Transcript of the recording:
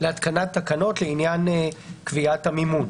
להתקנת תקנות לעניין קיבעת המימון.